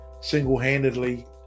single-handedly